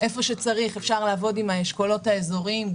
איפה שצריך אפשר לעבוד עם האשכולות האזוריים.